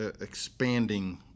expanding